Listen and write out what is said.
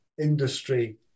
Industry